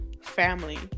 family